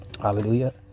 hallelujah